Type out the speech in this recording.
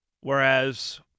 Whereas